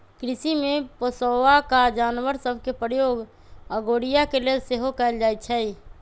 कृषि में पोशौआका जानवर सभ के प्रयोग अगोरिया के लेल सेहो कएल जाइ छइ